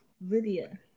Lydia